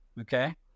okay